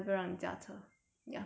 okay steady